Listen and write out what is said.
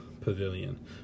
Pavilion